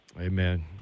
Amen